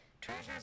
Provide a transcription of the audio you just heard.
Treasures